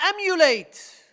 emulate